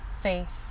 faith